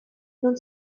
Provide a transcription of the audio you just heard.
non